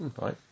Right